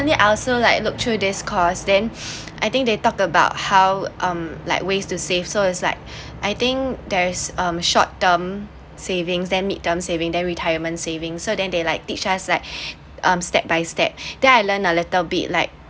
I also like look through this course then I think they talk about how um like ways to save so it's like I think there's a short term savings then mid term saving then retirement savings so then they like teach us like um step by step then I learn a little bit like